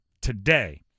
today